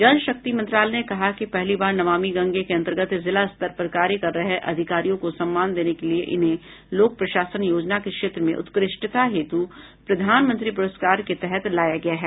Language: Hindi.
जल शक्ति मंत्रालय ने कहा कि पहली बार नमामि गंगे के अंतर्गत जिला स्तर पर कार्य कर रहे अधिकारियों को सम्मान देने के लिए इन्हें लोक प्रशासन योजना के क्षेत्र में उत्कृष्टता हेतु प्रधानमंत्री पुरस्कार के तहत लाया गया है